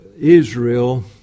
Israel